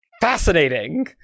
Fascinating